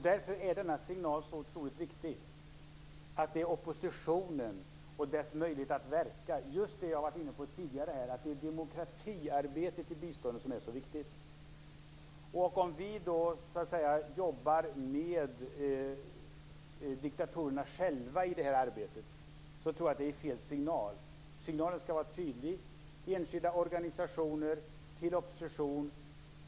Därför är denna signal otroligt viktig. Det är oppositionen och dess möjlighet att verka - just det som jag har varit inne på tidigare här - och demokratiarbetet i biståndet som är så viktigt. Om vi då jobbar med diktatorerna själva i det arbetet tror jag att det ger fel signal. Signalen skall vara tydlig: till enskilda organisationer och till opposition.